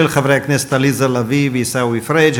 של חברת הכנסת עליזה לביא וחבר הכנסת עיסאווי פריג'.